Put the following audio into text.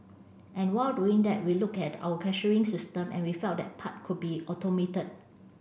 and while doing that we looked at our cashiering system and we felt that part could be automated